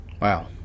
Wow